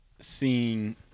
seeing